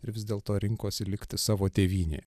ir vis dėlto rinkosi likti savo tėvynėje